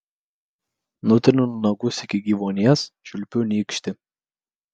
nutrinu nagus iki gyvuonies čiulpiu nykštį